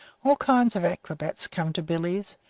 all kinds of acrobats come to billy's,